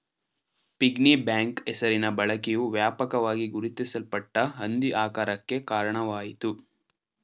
piggy bank ಹೆಸರಿನ ಬಳಕೆಯು ವ್ಯಾಪಕವಾಗಿ ಗುರುತಿಸಲ್ಪಟ್ಟ ಹಂದಿ ಆಕಾರಕ್ಕೆ ಕಾರಣವಾಯಿತು